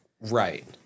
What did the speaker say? Right